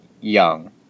young